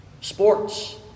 sports